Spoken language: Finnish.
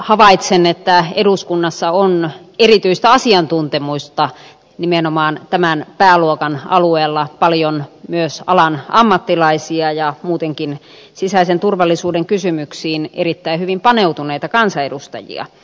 havaitsen että eduskunnassa on erityistä asiantuntemusta nimenomaan tämän pääluokan alueella paljon myös alan ammattilaisia ja muutenkin sisäisen turvallisuuden kysymyksiin erittäin hyvin paneutuneita kansanedustajia